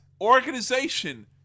organization